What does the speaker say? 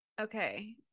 Okay